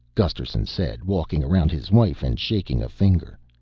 gusterson said, walking around his wife and shaking a finger.